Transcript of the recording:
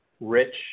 rich